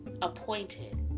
appointed